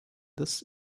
this